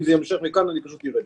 אם זה יימשך לכאן, אני פשוט ארד.